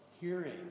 hearing